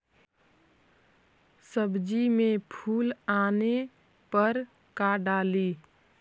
सब्जी मे फूल आने पर का डाली?